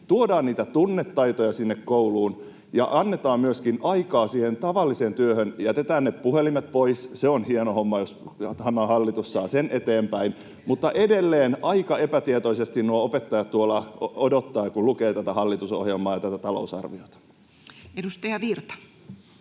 tuodaan niitä tunnetaitoja sinne kouluun ja annetaan myöskin aikaa siihen tavalliseen työhön? Jätetään ne puhelimet pois — se on hieno homma, jos tämä hallitus saa sen eteenpäin. Mutta edelleen aika epätietoisina opettajat odottavat, kun lukevat tätä hallitusohjelmaa ja tätä talousarviota. [Speech 95]